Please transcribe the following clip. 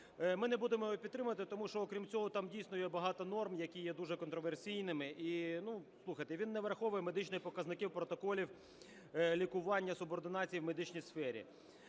Ми не будемо його підтримувати, тому що, окрім цього, там дійсно є багато норм, які є дуже контраверсійними. І слухайте, він не враховує медичні показники протоколів лікування субординації в медичній сфері,